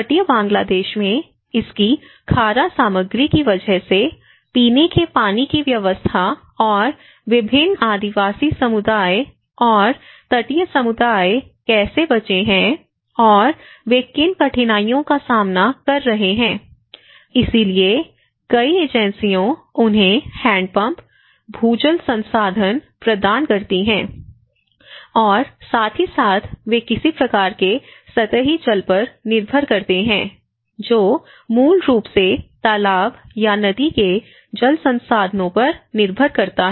तटीय बांग्लादेश में इसकी खारा सामग्री की वजह से पीने के पानी की व्यवस्था और विभिन्न आदिवासी समुदाय और तटीय समुदाय कैसे बचे हैं और वे किन कठिनाइयों का सामना कर रहे हैं इसीलिए कई एजेंसियों उन्हें हैंडपंप भूजल संसाधन प्रदान करती है और साथ ही साथ वे किसी प्रकार के सतही जल पर निर्भर करते हैं जो मूल रूप से तालाब या नदी के जल संसाधनों पर निर्भर करता है